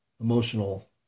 emotional